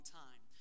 time